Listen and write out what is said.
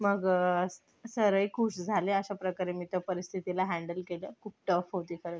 मग सरही खूश झाले अशाप्रकारे मी त्या परिस्थितीला हँडल केलं खूप टफ होती परिस्थिती